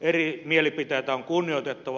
eri mielipiteitä on kunnioitettava